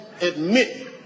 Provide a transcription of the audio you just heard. admit